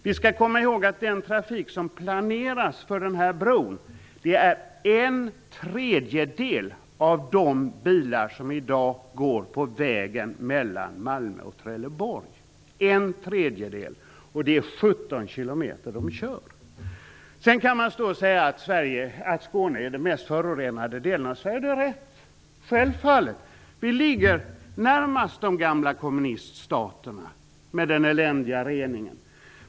Vi skall komma ihåg att den trafik som planeras på bron är en tredjedel av de bilar som i dag går på vägen mellan Malmö och Trelleborg. Det är en sträcka på 17 kilometer. Sedan kan man säga att Skåne är den mest förorenade delen av Sverige. Det är rätt. Vi ligger närmast de gamla kommuniststaterna med deras eländiga rening av utsläppen.